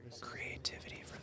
Creativity